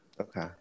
Okay